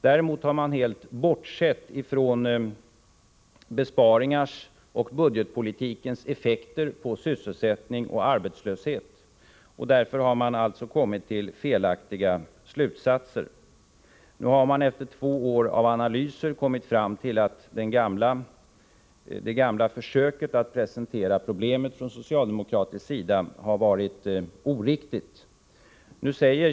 Däremot har man helt bortsett från besparingars och budgetpolitikens effekter på sysselsättning och arbetslöshet, och därför har man alltså kommit till felaktiga slutsatser. Nu har man efter två år av analyser kommit fram till att det gamla försöket att presentera problemet från socialdemokratisk sida har varit orealistiskt.